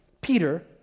Peter